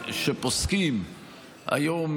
שפוסקים היום